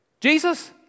Jesus